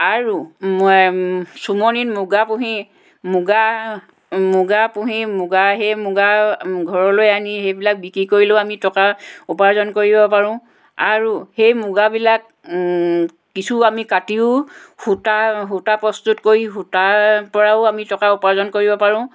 আৰু মৈ চুমনিত মুগা পুহি মুগা মুগা পুহি সেই মুগাৰ ঘৰলৈ আনি সেইবিলাক বিক্ৰী কৰিলেও আমি টকা উপাৰ্জন কৰিব পাৰোঁ আৰু সেই মুগাবিলাক কিছু আমি কাটিও সূতা সূতা প্ৰস্তুত কৰি সূতাৰ পৰাও আমি টকা উপাৰ্জন কৰিব পাৰোঁ